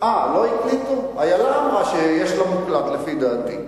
מאוד מאוד מפתיע,